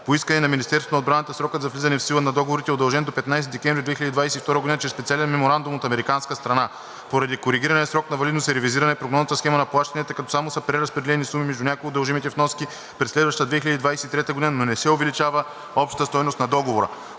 По искане на Министерството на отбраната срокът за влизане в сила на договорите е удължен до 15 декември 2022 г. чрез специален меморандум от американска страна. Поради коригирания срок на валидност е ревизирана и прогнозната схема на плащанията, като само са преразпределени суми между някои от дължимите вноски през следващата 2023 г., но не се увеличава общата стойност на Договора.